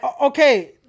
Okay